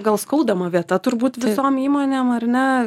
gal skaudama vieta turbūt visom įmonėm ar ne